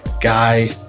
guy